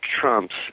trumps